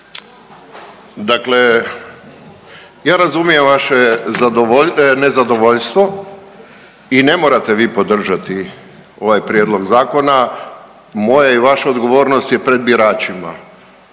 Dakle, ja razumijem vaše nezadovoljstvo i ne morate vi podržati ovaj prijedlog zakona. Moja i vaša odgovornost je pred biračima.